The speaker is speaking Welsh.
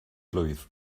blwydd